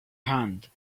hand